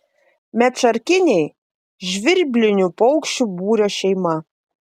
medšarkiniai žvirblinių paukščių būrio šeima